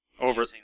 over